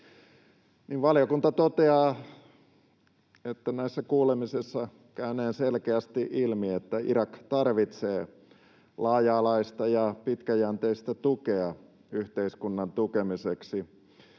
Valiokunta toteaa näissä kuulemisissa käyneen selkeästi ilmi, että Irak tarvitsee laaja-alaista ja pitkäjänteistä tukea yhteiskunnan tukemiseksi,